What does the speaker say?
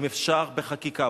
אם אפשר לטפל בה בחקיקה.